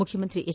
ಮುಖ್ಯಮಂತ್ರಿ ಎಚ್